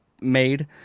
made